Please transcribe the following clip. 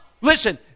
Listen